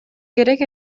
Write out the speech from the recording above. керек